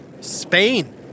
Spain